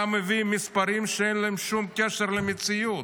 אתה מביא מספרים שאין להם שום קשר למציאות,